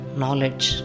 knowledge